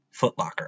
Footlocker